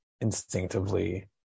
instinctively